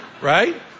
right